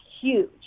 huge